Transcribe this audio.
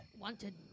Wanted